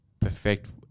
perfect